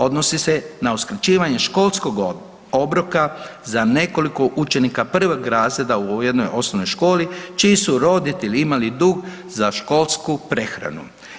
Odnosi se na uskraćivanje školskog obroka za nekoliko učenika prvog razreda u jednoj osnovnoj školi, čiji su roditelji imali dug za školsku prehranu.